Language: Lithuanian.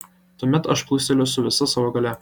tuomet aš plūsteliu su visa savo galia